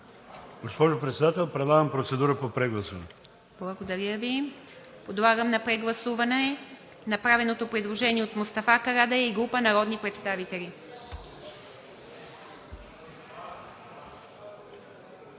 Госпожо Председател, предлагам процедура по прегласуване. ПРЕДСЕДАТЕЛ ИВА МИТЕВА: Благодаря Ви. Подлагам на прегласуване направеното предложение от Мустафа Карадайъ и група народни представители.